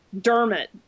Dermot